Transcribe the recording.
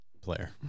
player